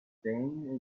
spain